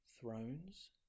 thrones